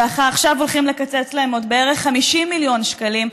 ועכשיו הולכים לקצץ להם עוד בערך 50 מיליון שקלים.